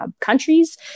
countries